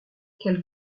quelle